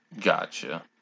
Gotcha